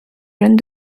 jeunes